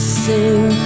sing